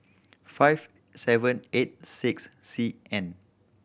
five seven eight six C N